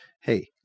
hey